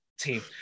team